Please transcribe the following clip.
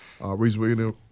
Reasonable